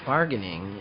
Bargaining